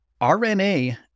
RNA